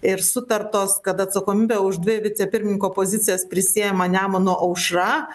ir sutartos kad atsakomybę už dvi vicepirmininko pozicijos prisiima nemuno aušra